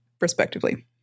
Respectively